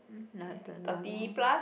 like the normal